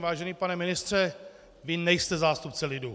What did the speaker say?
Vážený pane ministře, vy nejste zástupce lidu!